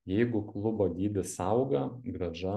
jeigu klubo dydis auga grąža